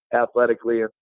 athletically